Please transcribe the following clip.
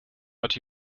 but